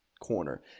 corner